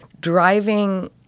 driving